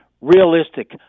realistic